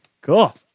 Cool